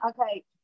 Okay